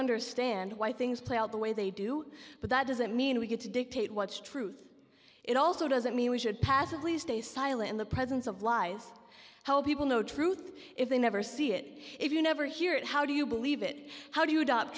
understand why things play out the way they do but that doesn't mean we get to dictate what's truth it also doesn't mean we should passively stay silent in the presence of lies how people know truth if they never see it if you never hear it how do you believe it how do you adopt